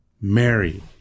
Mary